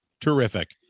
Terrific